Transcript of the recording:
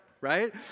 right